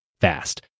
fast